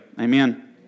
Amen